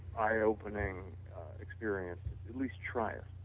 eye-opening experience at least try it.